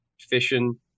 fishing